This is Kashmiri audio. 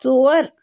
ژور